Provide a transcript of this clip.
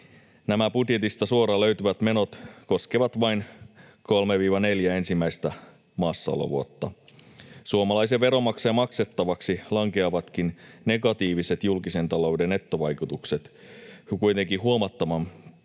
Nämä budjetista suoraan löytyvät menot koskevat vain kolmea—neljää ensimmäistä maassaolovuotta. Suomalaisen veronmaksajan maksettavaksi lankeavat negatiiviset julkisen talouden nettovaikutukset kuitenkin huomattavan